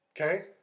Okay